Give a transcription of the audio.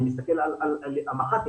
אני מסתכל על המח"טים.